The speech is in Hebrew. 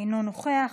אינו נוכח,